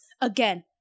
again